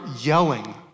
yelling